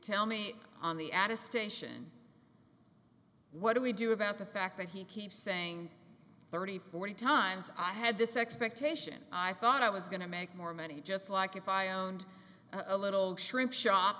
ell me on the at a station what do we do about the fact that he keeps saying thirty forty times i had this expectation i thought i was going to make more money just like if i owned a little shrimp shop